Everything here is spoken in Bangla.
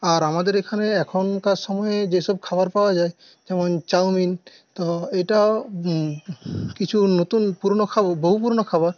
আর আমাদের এখানে এখনকার সময়ে যেসব খাবার পাওয়া যায় যেমন চাউমিন তো এটাও কিছু নতুন পুরনো বহু পুরনো খাবার